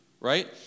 right